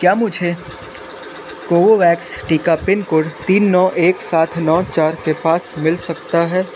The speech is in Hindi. क्या मुझे कोवोवैक्स टीका पिन कोड तीन नौ एक सात नौ चार के पास मिल सकता है